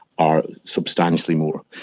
are substantially more.